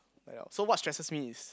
well so what stresses me is